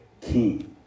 king